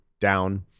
down